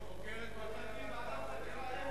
היא חוקרת, ועדת חקירה,